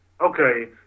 Okay